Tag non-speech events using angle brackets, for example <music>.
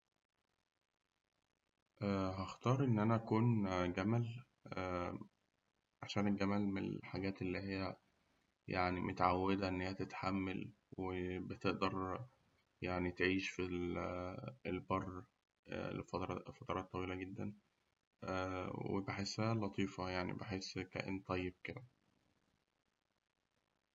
<hesitation> هأختار إن أنا أكون جمل <hesitation> عشان الجمل من الحاجات اللي هي يعني متعودة إنها تتحمل وبتقدر يعني تعيش في ال- البر لفتر- لفترات طويلة جداً، <hesitation> وبحسها لطيفة يعني بحس كائن طيب كده.